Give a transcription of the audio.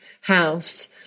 house